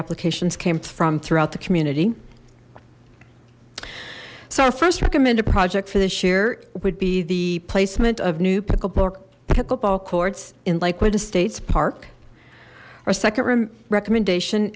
applications came from throughout the community so our first recommended project for this year would be the placement of new pickleball pickleball courts in lakewood estates park our second recommendation